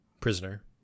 Prisoner